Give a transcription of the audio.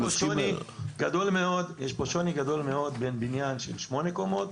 יש פה שוני גדול מאוד בין בניין של שמונה קומות,